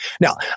Now